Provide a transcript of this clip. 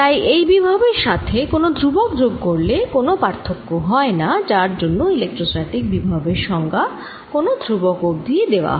তাই বিভব এর সাথে কোন ধ্রুবক যোগ করলে কোন পার্থক্য হয়না যার জন্য ইলেক্ট্রোস্ট্যাটিক বিভব এর সংজ্ঞা কোন ধ্রুবক অব্ধি ই দেওয়া হয়